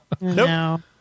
No